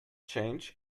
change